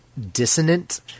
dissonant